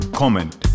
comment